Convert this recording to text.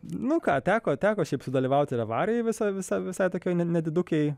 nu ką teko teko šiaip sudalyvauti avarijoj visai visai visai tokioj ne nedidukėj